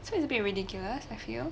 so 有点 ridiculous I feel